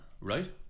right